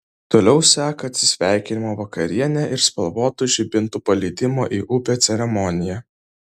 toliau seka atsisveikinimo vakarienė ir spalvotų žibintų paleidimo į upę ceremonija